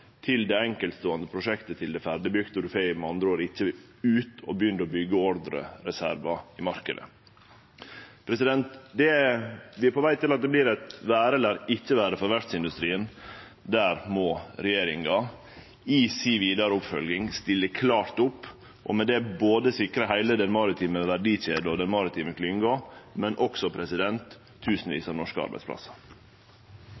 til det enkeltståande prosjektet til det er ferdigbygd, og ein går med andre ord ikkje ut og begynner å byggje ordrereservar i marknaden. Vi er på veg til at det vert eit vere eller ikkje vere for verftsindustrien. Der må regjeringa i den vidare oppfølging stille klart opp, og med det sikre både heile den maritime verdikjeda og den maritime klynga og også tusenvis